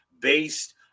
based